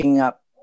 up